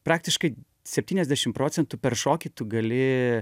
praktiškai septyniasdešim procentų per šokį tu gali